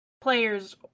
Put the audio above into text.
players